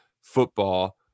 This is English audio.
football